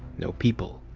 no people.